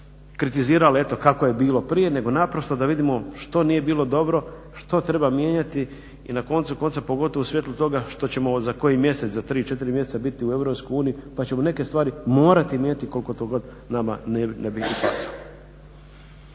kritizirali eto kako je bilo prije, nego naprosto da vidimo što nije bilo dobro, što treba mijenjati i na koncu konca pogotovo u svjetlu toga što ćemo za koji mjesec za tri, četiri mjeseca biti u EU pa ćemo neke stvari morati mijenjati koliko to god nama ne bi pasalo.